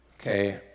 Okay